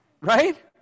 right